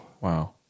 wow